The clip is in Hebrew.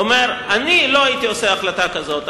אומר: אני לא הייתי מקבל החלטה כזאת,